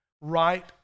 right